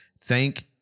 thank